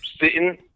sitting